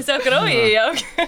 tiesiog kraujyje įaugę